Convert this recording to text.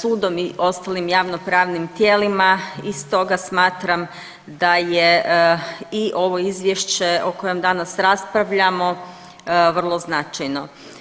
sudom i pred ostalim javno-pravnim tijelima i stoga smatram da je i ovo izvješće o kojem danas raspravljamo vrlo značajno.